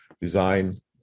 design